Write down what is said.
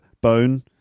bone